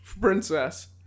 princess